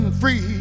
free